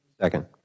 Second